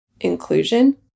inclusion